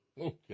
Okay